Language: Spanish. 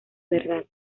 verdad